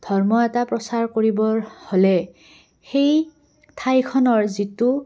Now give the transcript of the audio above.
ধৰ্ম এটা প্ৰচাৰ কৰিবৰ হ'লে সেই ঠাইখনৰ যিটো